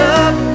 up